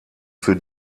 für